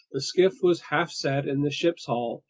the skiff was half set in the ship's hull,